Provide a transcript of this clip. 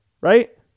Right